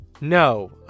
No